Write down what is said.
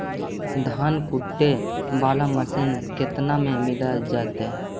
धान कुटे बाला मशीन केतना में मिल जइतै?